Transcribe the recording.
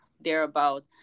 thereabout